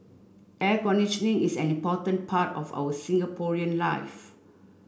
air conditioning is an important part of our Singaporean life